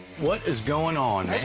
what is going on,